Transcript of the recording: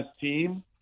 team